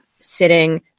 sitting